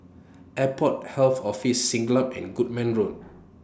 Airport Health Office Siglap and Goodman Road